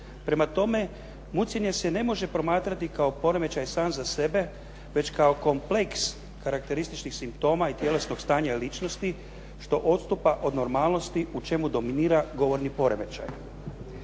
Prema tome, mucanje se ne može promatrati kao poremećaj sam za sebe, već kao kompleks karakterističnih simptoma i tjelesnog stanja ličnosti što odstupa od normalnosti u čemu dominira govorni poremećaj.